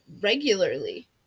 regularly